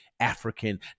african